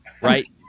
Right